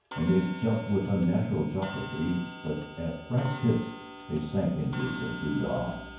and they jumped with unnatural jocularity, but at frink's hiss they sank into subdued awe.